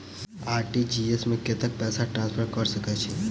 RTGS मे कतेक पैसा ट्रान्सफर कऽ सकैत छी?